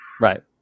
Right